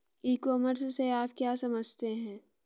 ई commerce से आप क्या समझते हैं?